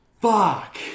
Fuck